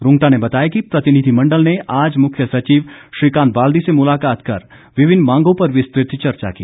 रूंगटा ने बताया कि प्रतिनिधिमंडल ने आज मुख्य सचिव श्रीकांत बाल्दी से मुलाकात कर विभिन्न मांगों पर विस्तृत चर्चा की